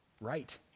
right